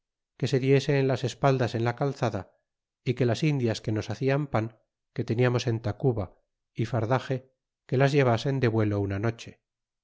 que se diese en las espaldas en la calzada é que las indias que nos hacian pan que teniamos en tacuba y fardaxe que las llevasen de vuelo una noche